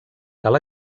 cal